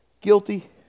guilty